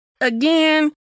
Again